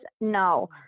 No